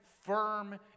firm